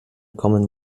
common